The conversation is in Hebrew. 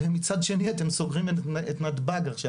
ומצד שני, אתם סוגרים את נתב"ג עכשיו.